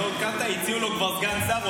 עוד לא עודכנת: הציעו לו כבר סגן שר,